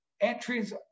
entries